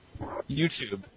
YouTube